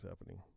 happening